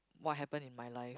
what happen in my life